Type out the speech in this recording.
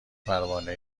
پروانه